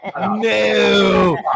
no